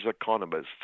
economists